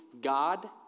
God